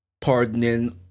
pardoning